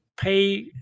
pay